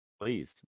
Please